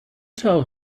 tell